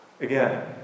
Again